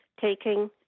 taking